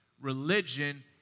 Religion